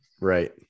right